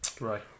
Right